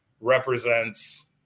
represents